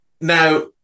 Now